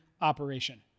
operation